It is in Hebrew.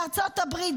בארצות הברית,